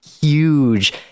huge